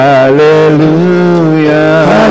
Hallelujah